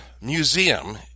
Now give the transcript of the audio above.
museum